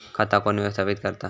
खाता कोण व्यवस्थापित करता?